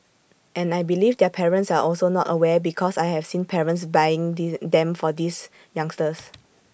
and I believe their parents are also not aware because I have seen parents buying them for these youngsters